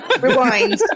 Rewind